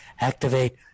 activate